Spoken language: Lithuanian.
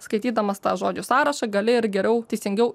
skaitydamas tą žodžių sąrašą gali ir geriau teisingiau